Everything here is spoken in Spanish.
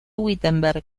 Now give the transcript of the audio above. wittenberg